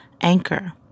Anchor